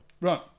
Right